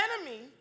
enemy